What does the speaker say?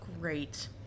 Great